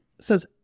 says